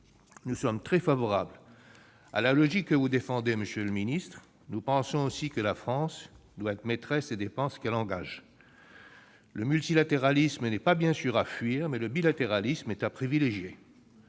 nous sommes très favorables à la logique que vous défendez : comme vous, nous pensons que la France doit être maîtresse des dépenses qu'elle engage. Le multilatéralisme, bien sûr, n'est pas à fuir ; mais le bilatéralisme est à privilégier,